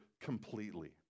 completely